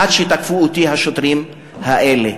כשתקפו אותי השוטרים האלה.